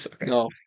no